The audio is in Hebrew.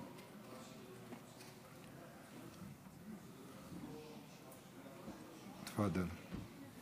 תפדל.